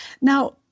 Now